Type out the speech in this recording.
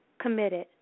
committed